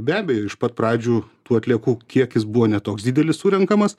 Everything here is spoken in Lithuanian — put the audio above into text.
be abejo iš pat pradžių tų atliekų kiekis buvo ne toks didelis surenkamas